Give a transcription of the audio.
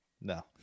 No